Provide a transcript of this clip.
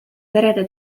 perede